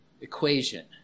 equation